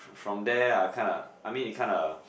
from there I kinda I mean it kinda